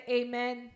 amen